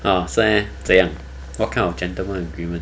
ah 是 meh 怎样 what kind of gentlemen agreement